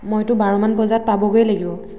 মইতো বাৰমান বজাত পাবগৈয়ে লাগিব